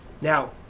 Now